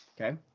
Okay